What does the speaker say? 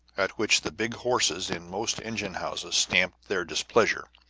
at which the big horses in most engine-houses stamped their displeasure,